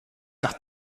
nach